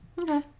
Okay